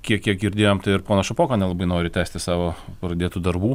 kiek kiek girdėjom tai ir ponas šapoka nelabai nori tęsti savo pradėtų darbų